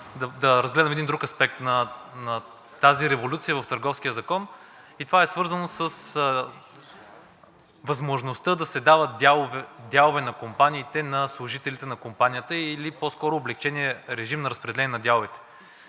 да разгледам един друг аспект на тази революция в Търговския закон и това е свързано с възможността да се дават дялове на компаниите на служителите на компанията или по-скоро облекченият режим на разпределение на дяловете.